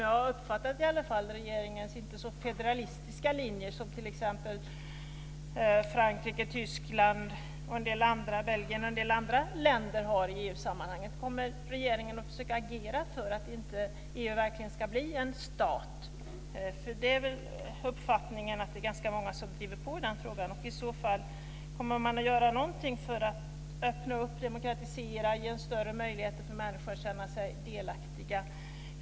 Jag har uppfattat det som att regeringens linje inte är så federalistisk som den linje Frankrike, Tyskland, Belgien och en del andra länder driver i EU-sammanhang. Kommer regeringen att försöka agera för att EU inte ska bli en stat? Det är ganska många som driver på den frågan. Kommer man att göra något för att öppna upp, demokratisera, ge större möjligheter för människor att känna sig delaktiga?